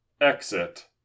exit